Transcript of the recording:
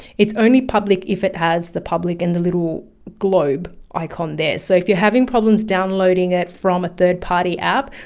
it's only public if it has the public and the little globe icon there. so if you're having problems downloading it from a third party app,